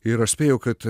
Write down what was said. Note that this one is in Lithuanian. ir aš spėju kad